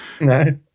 No